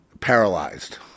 paralyzed